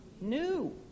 new